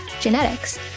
genetics